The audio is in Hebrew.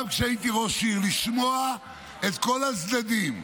גם כשהייתי ראש עיר, לשמוע את כל הצדדים,